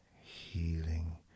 healing